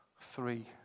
three